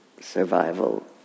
survival